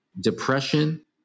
depression